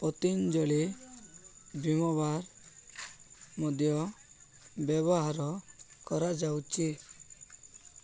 ପତଞ୍ଜଳୀ ଭୀମବାର ମଧ୍ୟ ବ୍ୟବହାର କରାଯାଉଛି